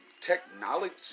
technology